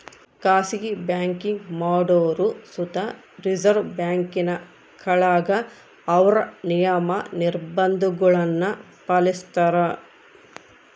ಖಾಸಗಿ ಬ್ಯಾಂಕಿಂಗ್ ಮಾಡೋರು ಸುತ ರಿಸರ್ವ್ ಬ್ಯಾಂಕಿನ ಕೆಳಗ ಅವ್ರ ನಿಯಮ, ನಿರ್ಭಂಧಗುಳ್ನ ಪಾಲಿಸ್ತಾರ